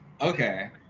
Okay